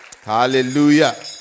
Hallelujah